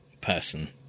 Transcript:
person